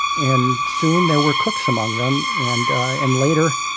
and soon there were cooks among them. and and later,